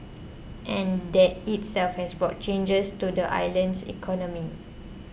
and that itself has brought changes to the island's economy